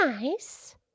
Nice